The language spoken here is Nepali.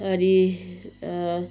अनि